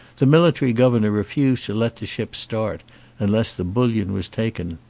the military governor refused to let the ship start unless the bullion was taken.